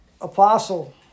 apostle